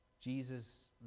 Jesus